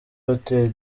hotel